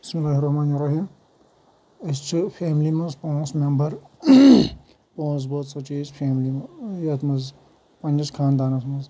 بِسمِ اللہِ الرحمٰن الرحیٖم أسۍ چھِ فیملی منٛز پانٛژھ ممبر پانٛژھ بٲژ ہسا چھِ أسۍ فیملی منٛز یتھ منٛز پننِس خانٛدانس مَنٛز